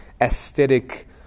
aesthetic